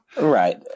right